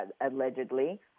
allegedly